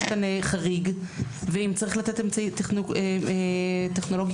חריג ואם צריך לתת אמצעי טכנולוגי